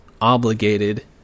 obligated